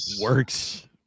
works